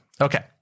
okay